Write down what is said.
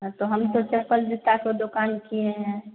हाँ तो हम तो चप्पल जूते की दुकान किए हैं